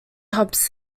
hobson